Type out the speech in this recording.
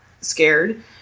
scared